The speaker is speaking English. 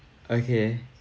okay